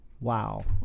wow